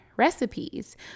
recipes